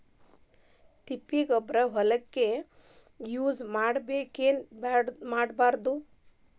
ತಿಪ್ಪಿಗೊಬ್ಬರ ಹೊಲಕ ಯೂಸ್ ಮಾಡಬೇಕೆನ್ ಮಾಡಬಾರದು?